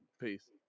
Peace